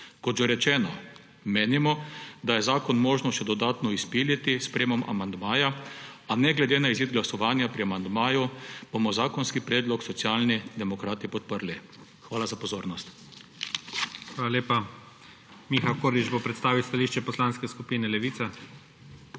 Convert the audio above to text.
Kot že rečeno, menimo, da je zakon možno še dodatno izpiliti s sprejetjem amandmaja, a ne glede na izid glasovanja pri amandmaju bomo zakonski predlog Socialni demokrati podprli. Hvala za pozornost. **PREDSEDNIK IGOR ZORČIČ:** Hvala lepa. Miha Kordiš bo predstavil stališče Poslanske skupine Levica.